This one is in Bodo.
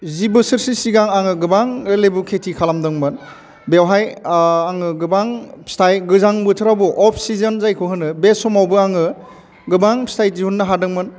जि बोसोरसो सिगां आङो गोबां लेबु खेथि खालामदोंमोन बेवहाय आङो गोबां फिथाइ गोजां बोथोरावबो अफ सिजोन जायखौ होनो बे समावबो आङो गोबां फिथाइ दिहुननो हादोंमोन